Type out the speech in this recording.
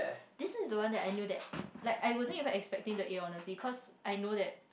this is the one that I know that like I wasn't even expecting the A honestly cause I know that